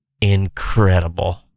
incredible